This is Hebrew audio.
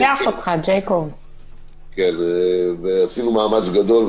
כן, עשינו מאמץ גדול.